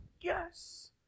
Yes